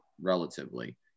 relatively